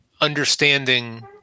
understanding